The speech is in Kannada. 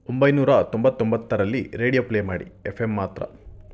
ಒಂಬೈನೂರ ತೊಂಬತ್ತೊಂಬತ್ತರಲ್ಲಿ ರೇಡಿಯೋ ಪ್ಲೇ ಮಾಡಿ ಎಫ್ ಎಮ್ ಮಾತ್ರ